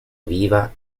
viva